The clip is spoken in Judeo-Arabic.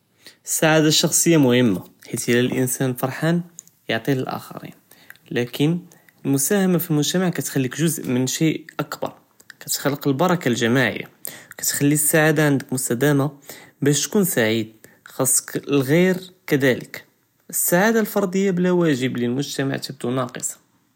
אססעאדה א-שחסיה מחממה, חית אלאנסאן פרחאן, יעטי לאלהכרין, לקין אלמסהמה פי אלמוג'תמע קטחליק ג'וז' מן שי אכבר, קתכלק אלברכה אלג'מאעיה, קתחלי אססעאדה ענדכ מסתדאמה, באש تکון סעיד חאסכ אלגער כדה, אססעאדה אלפרדיה בלא ואג'ב למוג'תמע תבדו נאקסה.